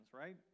right